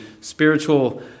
spiritual